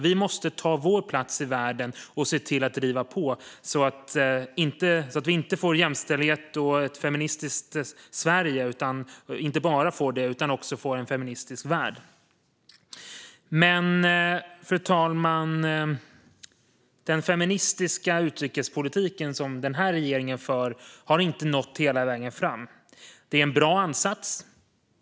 Vi måste ta vår plats i världen och se till att driva på så att vi inte bara får jämställdhet och ett feministiskt Sverige utan att vi också får en feministisk värld. Fru talman! Den feministiska utrikespolitiken som den här regeringen för har inte nått hela vägen fram. Det är en bra ansats.